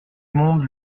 monde